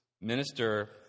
minister